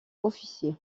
officier